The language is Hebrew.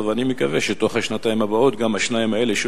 אני מקווה שתוך השנתיים הבאות גם ה-2 האלה,